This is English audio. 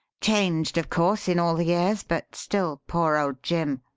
changed, of course, in all the years, but still poor old jim.